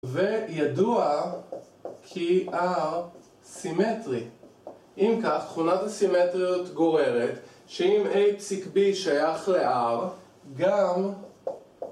וידוע כי R סימטרי. אם כך, תכונת הסימטריות גוררת שאם A פסיק B שייך ל-R, גם